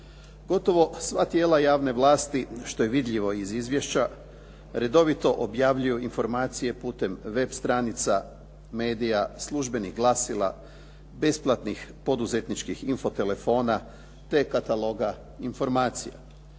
Gotovo sva tijela javne vlasti, što je vidljivo iz izvješća redovito objavljuju informacije putem web stranica medija, službenih glasila, besplatnih poduzetničkih info telefona, te kataloga informacija.